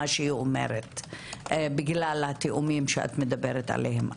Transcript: שהיא אומרת בגלל התיאומים שאת מדברת עליהם,